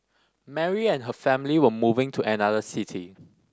Mary and her family were moving to another city